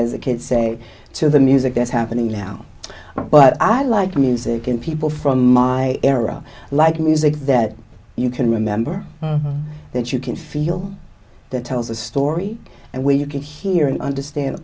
a kid say to the music that's happening now but i like music and people from my era like music that you can remember that you can feel that tells a story and where you can hear and understand